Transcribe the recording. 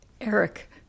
Eric